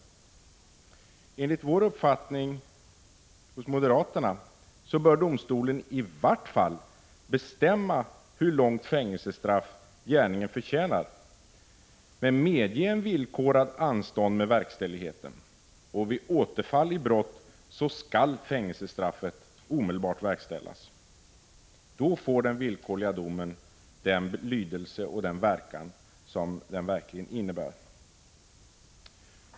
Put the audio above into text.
Enligt moderaternas uppfattning bör domstolen i vart fall bestämma hur långt fängelsestraff gärningen förtjänar, men medge ett villkorat anstånd med verkställigheten. Vid återfall i brott skall fängelsestraffet omedelbart verkställas. Då får den villkorliga domen den lydelse och den verkan som avsetts.